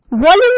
Volume